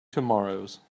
tomorrows